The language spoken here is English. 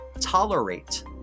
tolerate